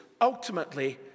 Ultimately